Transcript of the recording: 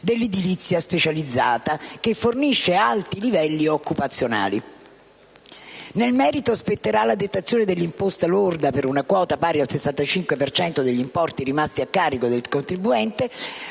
dell'edilizia specializzata, che fornisce alti livelli occupazionali. Nel merito, spetterà la detrazione dell'imposta lorda per una quota pari al 65 per cento degli importi rimasti a carico del contribuente,